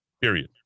period